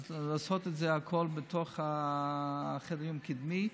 אז לעשות את הכול בתוך חדר המיון הקדמי.